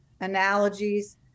analogies